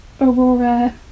Aurora